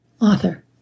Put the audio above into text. author